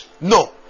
No